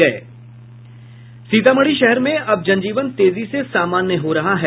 सीतामढ़ी शहर में अब जनजीवन तेजी से सामान्य हो रहा है